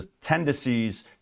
tendencies